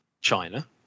China